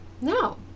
No